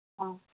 অঁ